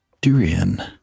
durian